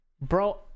Bro